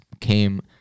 came